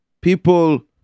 people